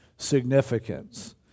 significance